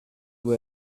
vous